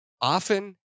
Often